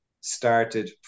started